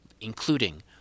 including